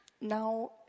now